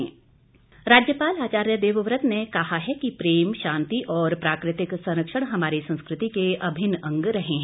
राज्यपाल राज्यपाल आचार्य देवव्रत ने कहा है कि प्रेम शांति और प्राकृतिक संरक्षण हमारी संस्कृति के अभिन्न अंग रहे हैं